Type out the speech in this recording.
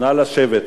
נא לשבת.